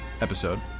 episode